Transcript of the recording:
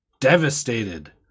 devastated